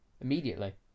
immediately